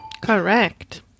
Correct